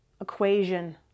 equation